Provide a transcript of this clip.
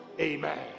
Amen